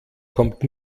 kommt